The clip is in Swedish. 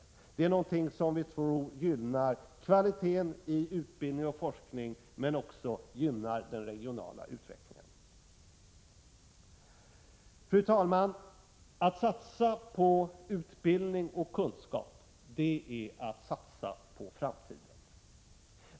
Detta är någonting som vi tror gynnar kvaliteten i utbildning och forskning men som också gynnar den regionala utvecklingen. Att satsa på utbildning och kunskap, fru talman, är att satsa på framtiden.